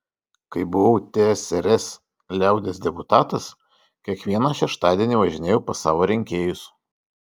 kai buvau tsrs liaudies deputatas kiekvieną šeštadienį važinėjau pas savo rinkėjus